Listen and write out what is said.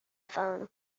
phone